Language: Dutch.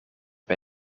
bij